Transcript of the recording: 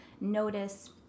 notice